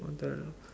the